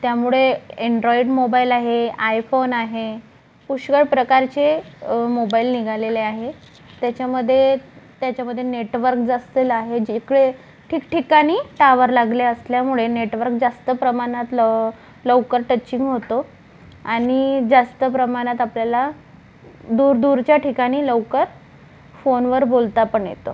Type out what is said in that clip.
त्यामुडे android mobile आहे iPhone आहे पुष्कळ प्रकारचे मोबाईल निघालेले आहे त्याच्यामध्ये त्याच्यामध्ये नेटवर्क जसे आहे जिकडे ठिकठिकाणी टावर लागले असल्यामुळे नेटवर्क जास्त प्रमाणात लं लवकर टचिंग होतो आणि जास्त प्रमाणात आपल्याला दूरदूरच्या ठिकाणी लवकर फोनवर बोलता पण येतं